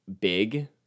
big